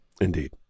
Indeed